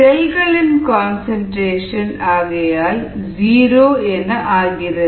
செல்களின் கன்சன்ட்ரேஷன் ஆகையால் ஜீரோ என ஆகிறது